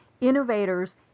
innovators